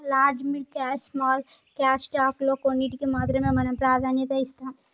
large mid cash small cash stock లో కొన్నింటికీ మాత్రమే మనం ప్రాధాన్యత ఇస్తాం